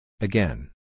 Again